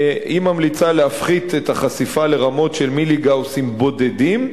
היא ממליצה להפחית את החשיפה לרמות של מיליגאוסים בודדים.